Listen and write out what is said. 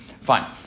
Fine